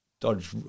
dodge